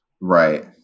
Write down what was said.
right